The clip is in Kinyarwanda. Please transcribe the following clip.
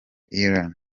elan